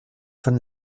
von